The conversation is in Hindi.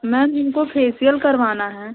मैम इनको फेसियल करवाना है